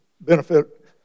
benefit